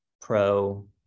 Pro